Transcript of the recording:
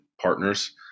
partners